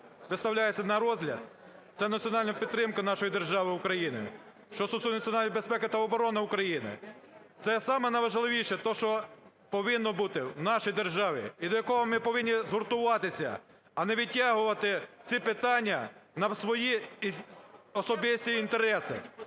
виставляються на розгляд, це національна підтримка нашої держави України. Що стосується національної безпеки та оборони України – це саме найважливіше те, що повинно бути в нашій державі і до якого ми повинні згуртуватися, а не витягувати ці питання на свої особисті інтереси.